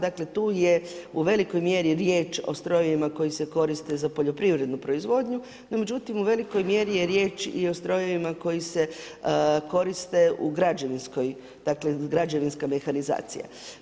Dakle tu je u velikoj mjeri riječ o strojevima koji se koriste za poljoprivrednu proizvodnju, no međutim u velikoj mjeri je riječ i o strojevima koji se koriste u građevinskoj, dakle građevinska mehanizacija.